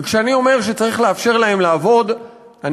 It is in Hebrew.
וכשאני אומר שצריך לאפשר להם לעבוד אני